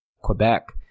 Quebec